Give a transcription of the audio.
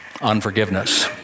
unforgiveness